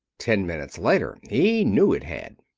ten minutes later he knew it had.